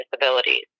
disabilities